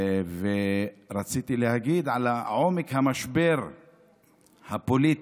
ורציתי לדבר על עומק המשבר הפוליטי